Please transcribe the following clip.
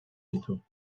ditu